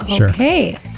Okay